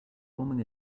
forming